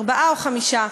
ארבעה או חמישה.